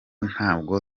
ntabwo